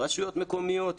רשויות מקומיות,